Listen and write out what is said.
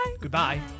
Goodbye